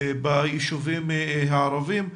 ביישובים הערביים.